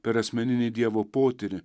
per asmeninį dievo potyrį